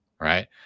Right